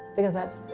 because,